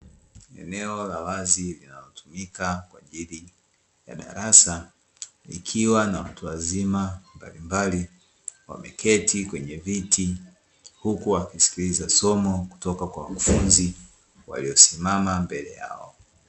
Eneo la wazi linalotumika kwa ajili ya darasa likiwa na watu wazima mbalimbali wameketi kwenye viti, huku wakisikiliza somo kutoka kwa wakufunzi waliosimama mbele yao.